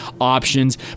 options